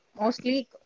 Mostly